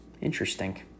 interesting